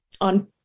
on